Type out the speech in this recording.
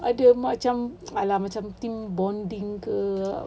ada macam !alah! macam team bonding ke